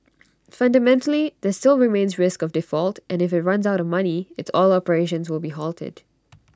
fundamentally there still remains risk of default and if IT runs out of money its oil operations will be halted